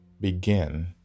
begin